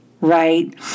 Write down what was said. right